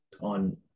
on